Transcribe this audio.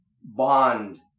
bond